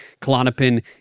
klonopin